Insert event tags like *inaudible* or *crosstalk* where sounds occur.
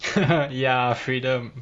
*laughs* ya freedom